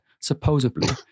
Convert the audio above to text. supposedly